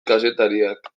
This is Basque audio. kazetariak